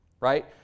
right